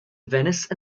venice